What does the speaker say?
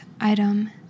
item